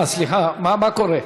אני לא יורדת.